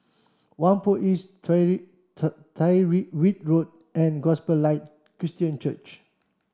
Whampoa East Tyrwhitt Road and Gospel Light Christian Church